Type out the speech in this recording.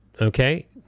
okay